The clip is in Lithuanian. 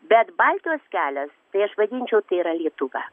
bet baltijos kelias tai aš vadinčiau tai yra lietuva